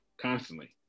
constantly